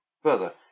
Further